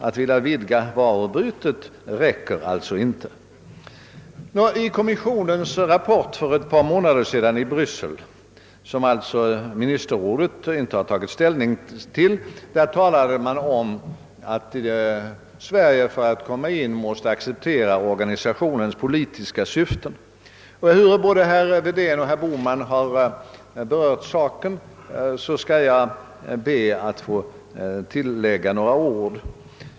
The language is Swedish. Att vilja vidga varuutbytet räcker alltså inte.» I kommissionens rapport i Bryssel för ett par månader sedan, som alltså ministerrådet inte tagit ställning till, talades det om att Sverige för att komma in måste acceptera organisationens politiska syften. Ehuru både herr Wedén och herr Bohman har berört saken skall jag be att få tillägga några ord.